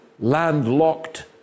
Landlocked